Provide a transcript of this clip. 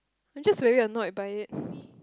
I just very annoyed by it